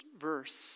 verse